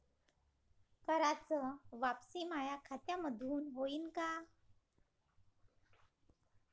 कराच वापसी माया खात्यामंधून होईन का?